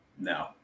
No